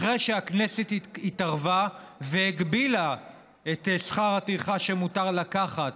אחרי שהכנסת התערבה והגבילה את שכר הטרחה שמותר לקחת